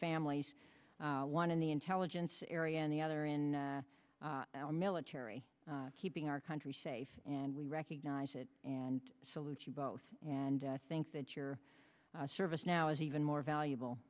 families one in the intelligence area and the other in our military keeping our country safe and we recognize it and salute you both and i think that your service now is even more valuable